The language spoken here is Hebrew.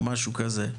או משהו כזה.